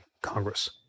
Congress